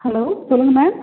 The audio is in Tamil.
ஹலோ சொல்லுங்க மேம்